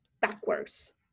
backwards